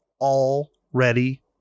already